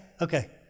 Okay